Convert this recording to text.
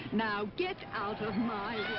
now get out of my